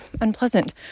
unpleasant